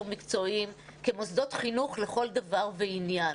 מקצועיים כמוסדות חינוך לכל דבר ועניין.